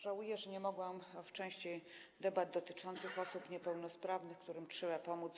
Żałuję, że nie mogłam uczestniczyć w części debat dotyczących osób niepełnosprawnych, którym trzeba pomóc.